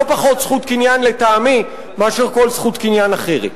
לא פחות זכות קניין לטעמי מכל זכות קניין אחרת,